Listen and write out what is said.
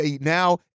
now